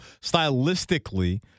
stylistically